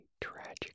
tragic